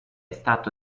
stato